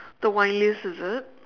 the wine list is it